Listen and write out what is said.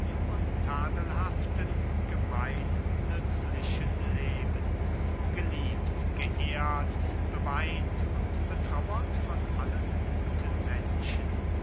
gemeinnützlichen lebens geliebt geehrt beweint und betrauert von allen guten menschen